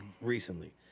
recently